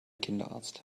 kinderarzt